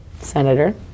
Senator